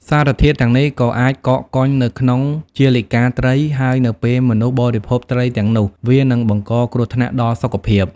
សារធាតុទាំងនេះក៏អាចកកកុញនៅក្នុងជាលិកាត្រី ហើយនៅពេលមនុស្សបរិភោគត្រីទាំងនោះ វានឹងបង្កគ្រោះថ្នាក់ដល់សុខភាព។